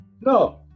No